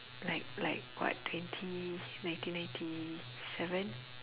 like like what twenty nineteen ninety seven